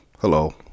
Hello